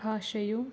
ಭಾಷೆಯು